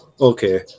Okay